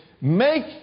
make